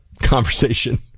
conversation